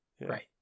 right